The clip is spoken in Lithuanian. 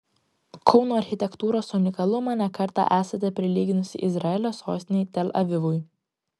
kauno architektūros unikalumą ne kartą esate prilyginusi izraelio sostinei tel avivui